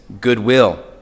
Goodwill